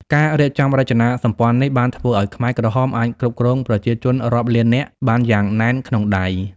ការរៀបចំរចនាសម្ព័ន្ធនេះបានធ្វើឱ្យខ្មែរក្រហមអាចគ្រប់គ្រងប្រជាជនរាប់លាននាក់បានយ៉ាងណែនក្នុងដៃ។